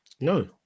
No